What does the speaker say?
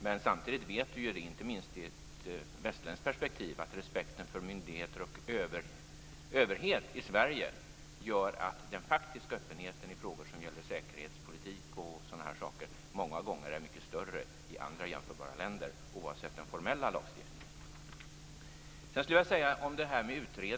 Men samtidigt vet vi, inte minst i ett västerländskt perspektiv, att respekten för myndigheter och överhet i Sverige gör att den faktiska öppenheten i frågor som gäller säkerhetspolitik och sådana saker många gånger är mycket större i andra jämförbara länder oavsett den formella lagstiftningen.